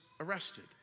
arrested